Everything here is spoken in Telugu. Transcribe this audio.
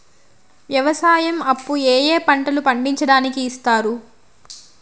వ్యవసాయం అప్పు ఏ ఏ పంటలు పండించడానికి ఇస్తారు?